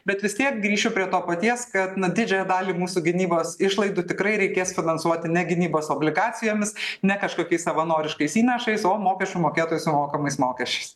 bet vis tiek grįšiu prie to paties kad na didžiąją dalį mūsų gynybos išlaidų tikrai reikės finansuoti ne gynybos obligacijomis ne kažkokiais savanoriškais įnašais o mokesčių mokėtojų sumokamais mokesčiais